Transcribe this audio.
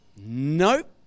nope